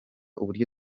uburyo